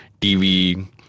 TV